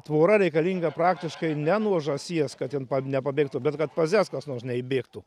tvora reikalinga praktiškai ne nuo žąsies kad jin pa nepabėgtų bet kad pas jas kas nors neįbėgtų